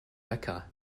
becca